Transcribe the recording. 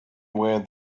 were